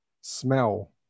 smell